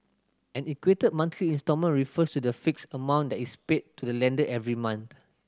an equated monthly instalment refers to the fixed amount that is paid to the lender every month